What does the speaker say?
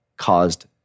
Caused